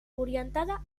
orientada